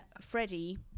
freddie